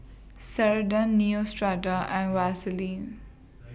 Ceradan Neostrata and Vaselin